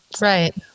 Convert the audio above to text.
Right